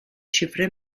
cifre